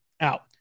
out